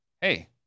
Hey